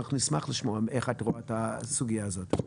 אנחנו נשמח לשמוע איך את רואה את הסוגייה הזאת.